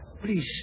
Please